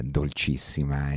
dolcissima